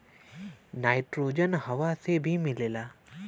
nitrogen हवा से भी मिलेला